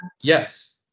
yes